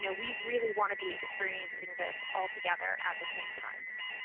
you know we really want to be experiencing this all together at the same time.